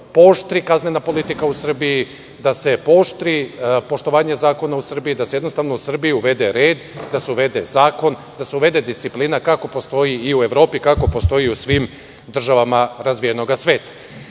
da se pooštri kaznena politika u Srbiji, da se pooštri poštovanje zakona u Srbiji, da se u Srbiji uvede red, da se uvede zakon, da se uvede disciplina kakva postoji u Evropi i u svim državama razvijenog sveta.U